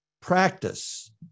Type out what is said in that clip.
practice